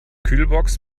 kühlbox